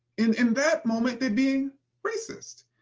in in that moment, they're being racist.